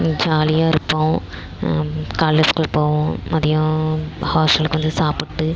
ஜாலியாக இருப்போம் காலையில் ஸ்கூல் போவோம் மதியம் ஹாஸ்டலுக்கு வந்து சாப்பிட்டு